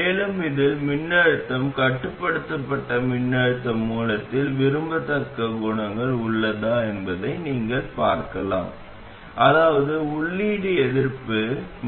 மேலும் இதில் மின்னழுத்தம் கட்டுப்படுத்தப்பட்ட மின்னழுத்த மூலத்தின் விரும்பத்தக்க குணங்கள் உள்ளதா என்பதை நீங்கள் பார்க்கலாம் அதாவது உள்ளீடு எதிர்ப்பு